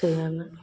ताहिमे